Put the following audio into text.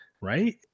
right